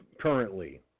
currently